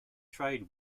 trade